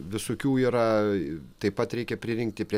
visokių yra taip pat reikia pririnkti prie